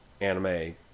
anime